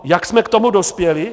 Jak jsme k tomu dospěli?